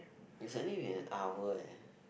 it's only been an hour eh